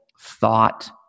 thought